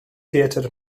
theatr